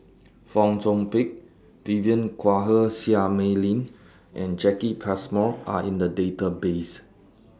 Fong Chong Pik Vivien Quahe Seah Mei Lin and Jacki Passmore Are in The Database